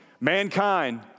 Mankind